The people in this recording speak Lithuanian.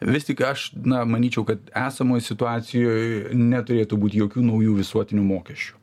vis tik aš na manyčiau kad esamoj situacijoj neturėtų būt jokių naujų visuotinių mokesčių